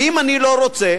ואם אני לא רוצה,